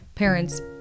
parents